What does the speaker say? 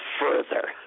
further